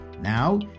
Now